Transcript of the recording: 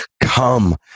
come